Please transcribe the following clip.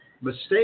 mistake